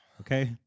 Okay